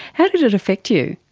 how did it affect you?